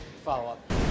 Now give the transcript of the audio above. follow-up